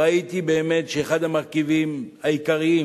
ראיתי שבאמת אחד המרכיבים העיקריים